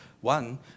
one